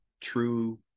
true